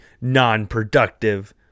non-productive